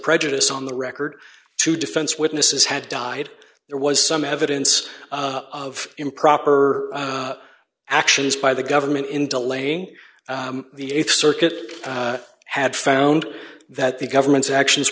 prejudice on the record two defense witnesses had died there was some evidence of improper actions by the government in delaying the th circuit had found that the government's actions